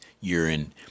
urine